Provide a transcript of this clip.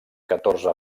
catorze